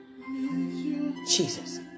Jesus